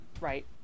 right